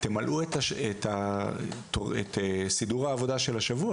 תמלאו את סידור העבודה של השבוע.